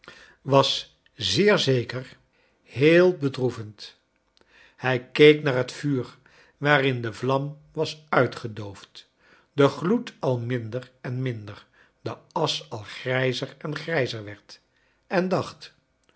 was zeer zeker heel bedroevend hij keek naar het vuur waarin de vlam was uitgedoofd de gloed al minder en minder de asch al grijzer en grijzer werd en dacht